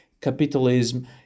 capitalism